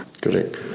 Correct